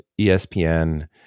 ESPN